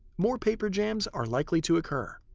more paper jams are likely to occur.